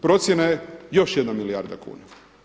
Procjena je još jedna milijarda kuna.